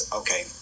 okay